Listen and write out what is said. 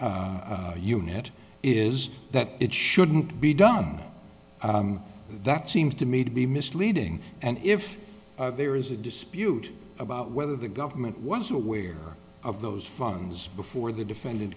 forfeiture unit is that it shouldn't be done that seems to me to be misleading and if there is a dispute about whether the government was aware of those funds before the defendant